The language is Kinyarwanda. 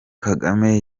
kagame